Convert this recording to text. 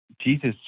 Jesus